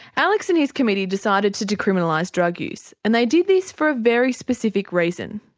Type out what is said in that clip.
alex and his committee decided to decriminalise drug use and they did this for a very specific reason.